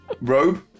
Robe